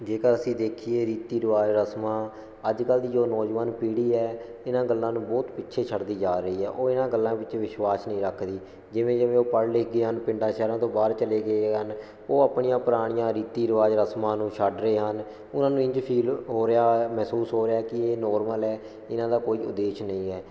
ਜੇਕਰ ਅਸੀਂ ਦੇਖੀਏ ਰੀਤੀ ਰਿਵਾਜ ਰਸਮਾਂ ਅੱਜ ਕੱਲ੍ਹ ਦੀ ਜੋ ਨੌਜਵਾਨ ਪੀੜੀ ਹੈ ਇਹਨਾਂ ਗੱਲਾਂ ਨੂੰ ਬਹੁਤ ਪਿੱਛੇ ਛੱਡਦੀ ਜਾ ਰਹੀ ਆ ਉਹ ਇਹਨਾਂ ਗੱਲਾਂ ਵਿੱਚ ਵਿਸ਼ਵਾਸ ਨਹੀਂ ਰੱਖਦੀ ਜਿਵੇਂ ਜਿਵੇਂ ਉਹ ਪੜ੍ਹ ਲਿਖ ਕੇ ਹਨ ਪਿੰਡਾਂ ਸ਼ਹਿਰਾਂ ਤੋਂ ਬਾਹਰ ਚਲੇ ਗਏ ਹਨ ਉਹ ਆਪਣੀਆਂ ਪੁਰਾਣੀਆਂ ਰੀਤੀ ਰਿਵਾਜ ਰਸਮਾਂ ਨੂੰ ਛੱਡ ਰਹੇ ਹਨ ਉਹਨਾਂ ਨੂੰ ਇੰਝ ਫੀਲ ਹੋ ਰਿਹਾ ਮਹਿਸੂਸ ਹੋ ਰਿਹਾ ਕਿ ਨੋਰਮਲ ਹੈ ਇਹਨਾਂ ਦਾ ਕੋਈ ਉਦੇਸ਼ ਨਹੀਂ ਹੈ